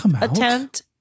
attempt